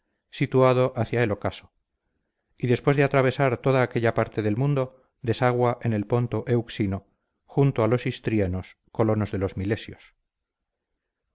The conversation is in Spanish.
situado hacia el ocaso y después de atravesar toda aquella parte del mundo desagua en el ponto euxino junto a los istrienos colonos de los milesios